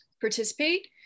participate